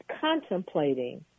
contemplating